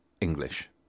English